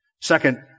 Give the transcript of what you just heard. Second